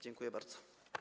Dziękuję bardzo.